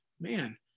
Man